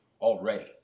already